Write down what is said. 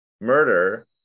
murder